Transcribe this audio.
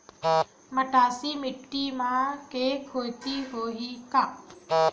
मटासी माटी म के खेती होही का?